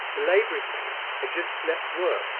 the labouring men had just left work,